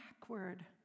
backward